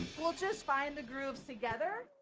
we'll just find the grooves together,